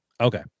Okay